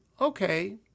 Okay